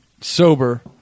sober